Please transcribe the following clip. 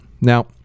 Now